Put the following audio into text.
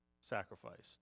sacrificed